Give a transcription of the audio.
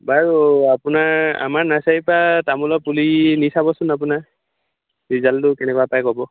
বাৰু আপোনাৰ আমাৰ নাৰ্চাৰীৰ পৰা তামোলৰ পুলি নি চাবচোন আপোনাৰ ৰিজাল্টটো কেনেকুৱা পাই ক'ব